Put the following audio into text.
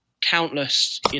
countless